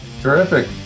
terrific